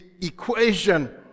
equation